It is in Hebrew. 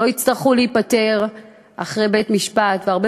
שלא יצטרכו להיפתר אחרי בית-משפט והרבה